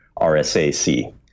RSAc